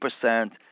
percent